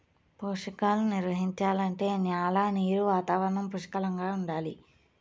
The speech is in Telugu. పోషకాలు నిర్వహించాలంటే న్యాల నీరు వాతావరణం పుష్కలంగా ఉండాలి